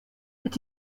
het